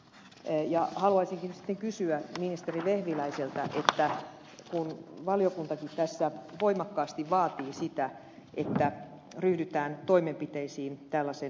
haluaisinkin sitten kysyä ministeri vehviläiseltä kun valiokuntakin tässä voimakkaasti vaatii sitä että ryhdytään toimenpiteisiin täällä se